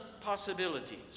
possibilities